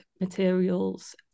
materials